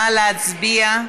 נא להצביע.